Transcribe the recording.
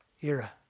era